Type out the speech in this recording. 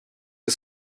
que